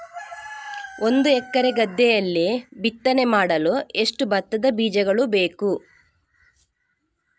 ಒಂದು ಎಕರೆ ಗದ್ದೆಯಲ್ಲಿ ಬಿತ್ತನೆ ಮಾಡಲು ಎಷ್ಟು ಭತ್ತದ ಬೀಜಗಳು ಬೇಕು?